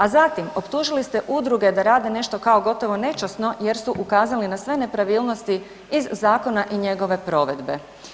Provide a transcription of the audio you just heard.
A zatim, optužili ste udruge da rade nešto kao gotovo nečasno jer su ukazali na sve nepravilnosti iz zakona i njegove provedbe.